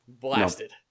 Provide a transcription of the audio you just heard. Blasted